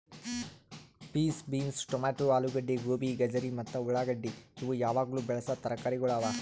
piece, beans, tomato, ಆಲೂಗಡ್ಡಿ, ಗೋಬಿ, ಗಜರಿ ಮತ್ತ ಉಳಾಗಡ್ಡಿ ಇವು ಯಾವಾಗ್ಲೂ ಬೆಳಸಾ ತರಕಾರಿಗೊಳ್ ಅವಾ